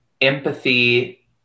empathy